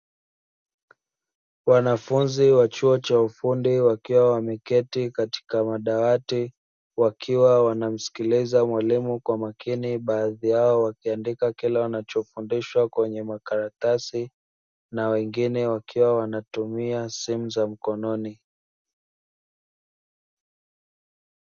Wanafunzi wa chuo cha ufundi wakiwa wameketi katika madawati wakiwa wanamsikiliza mwalimu kwa makini baadhi yao wakiandika kile wanachofundishwa kwenye makaratasi na wengine wakiwa wanatumia simu za mikononi.